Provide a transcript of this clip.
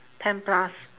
ten plus